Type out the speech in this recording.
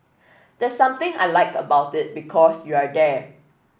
there's something I like about it because you're there